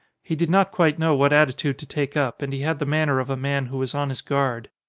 he did not quite know what attitude to take up, and he had the manner of a man who was on his guard.